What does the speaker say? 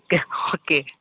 કે okay okay